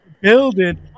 building